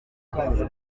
kazi